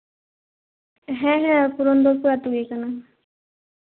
ᱦᱮᱸ ᱦᱮᱸ ᱯᱩᱨᱚᱱᱫᱚᱨᱯᱩᱨ ᱠᱩᱞᱦᱤ ᱠᱟᱱᱟ